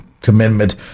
commitment